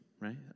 right